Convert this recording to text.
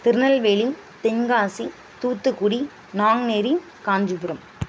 Tirunelveli Tenkasi Thoothukudi Nanguneri Kanchipuram